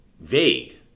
vague